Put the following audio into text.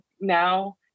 now